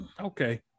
okay